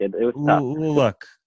Look